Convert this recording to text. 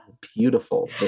Beautiful